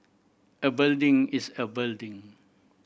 a building is a building